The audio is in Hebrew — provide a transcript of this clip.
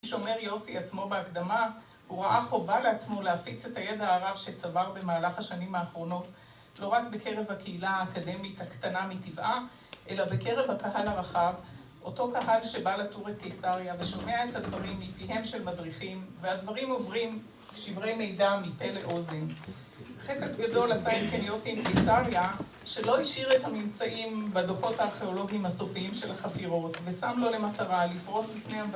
שומר יוסי עצמו בהקדמה, הוא ראה חובה לעצמו להפיץ את הידע הערב שצבר במהלך השנים האחרונות לא רק בקרב הקהילה האקדמית הקטנה מטבעה, אלא בקרב הקהל הרחב אותו קהל שבא לטורת תיסריה ושומע את הדברים מפיהם של מדריכים והדברים עוברים כשברי מידע מפה לאוזן חסד גדול עשה עם כן יוסי עם תיסריה, שלא השאיר את הממצאים בדוחות הארכיאולוגיים הסופיים של החפירות ושם לו למטרה לפרוס את פני המבט